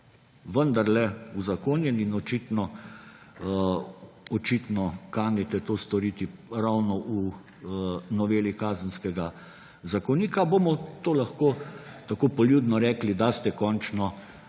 vendarle uzakonjen – in očitno kanite to storiti ravno v noveli Kazenskega zakonika – bomo lahko tako poljudno rekli, da ste končno